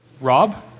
Rob